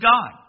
God